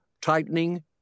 tightening